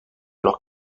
alors